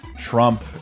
Trump